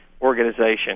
organization